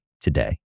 today